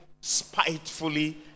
spitefully